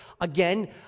Again